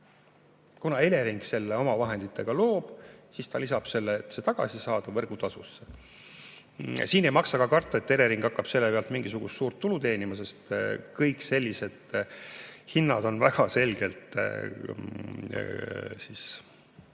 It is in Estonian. Kuna Elering loob selle oma vahenditega, siis ta lisab selle, et see tagasi saada, võrgutasusse. Siin ei maksa karta, et Elering hakkab selle pealt mingisugust suurt tulu teenima, sest kõik sellised hinnad on väga selgelt